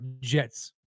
Jets